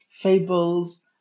fables